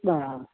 ആ